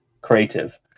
creative